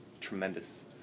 tremendous